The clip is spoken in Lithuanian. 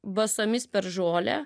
basomis per žolę